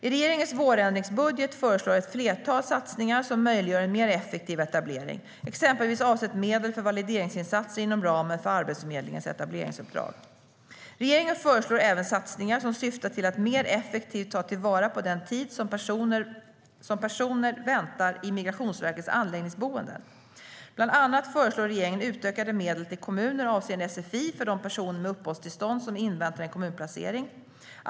I regeringens vårändringsbudget föreslås ett flertal satsningar som möjliggör en mer effektiv etablering. Exempelvis avsätts medel för valideringsinsatser inom ramen för Arbetsförmedlingens etableringsuppdrag. Regeringen föreslår även satsningar som syftar till att mer effektivt ta vara på den tid som personer väntar i Migrationsverkets anläggningsboenden. Bland annat föreslår regeringen utökade medel till kommuner avseende sfi för de personer med uppehållstillstånd som inväntar en kommunplacering.